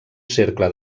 cercle